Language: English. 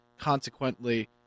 Consequently